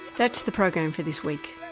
that's the program for this week.